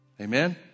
Amen